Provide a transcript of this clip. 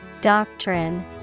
Doctrine